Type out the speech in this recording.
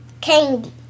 candy